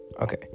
Okay